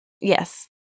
yes